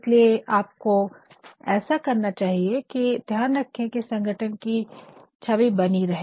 इसलिए आपको ऐसा करना चाहिए की ध्यान रखे की संगठन की छवि बनी रहे